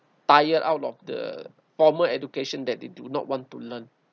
tired out of the former education that they do not want to learn